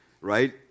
right